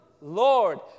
Lord